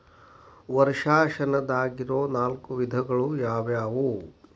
ವರ್ಷಾಶನದಾಗಿರೊ ನಾಲ್ಕು ವಿಧಗಳು ಯಾವ್ಯಾವು?